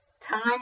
Time